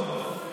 לא,